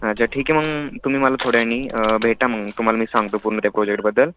अच्छा ठीक आहे मग तुम्ही मला थोड्या वेळाने भेटा मग तुम्हाला मी सांगतो पूर्ण त्या प्रोजेक्टबद्दल